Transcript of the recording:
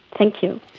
thank you.